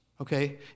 okay